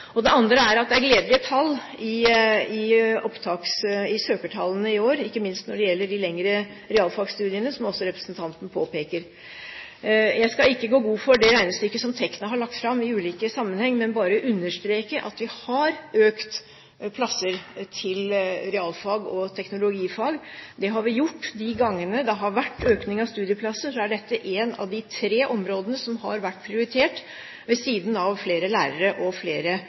Det andre er at det er gledelige søkertall i år, ikke minst når det gjelder de lengre realfagstudiene, som også representanten påpeker. Jeg skal ikke gå god for det regnestykket som Tekna har lagt fram i ulike sammenhenger, men bare understreke at vi har økt antallet plasser til realfag og teknologifag. De gangene det har vært en økning av studieplasser, er dette et av de tre områdene som har vært prioritert ved siden av flere lærere, flere sykepleiere og flere